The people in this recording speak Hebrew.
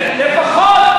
לפחות,